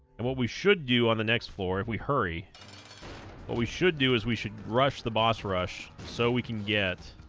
and what we should do on the next floor if we hurry what we should do is we should rush the boss rush so we can get